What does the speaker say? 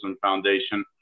Foundation